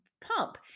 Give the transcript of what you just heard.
pump